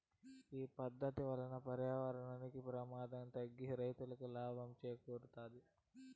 ఈ పద్దతి వల్ల పర్యావరణానికి ప్రమాదం తగ్గి రైతులకి లాభం చేకూరుతాది